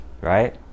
right